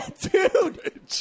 dude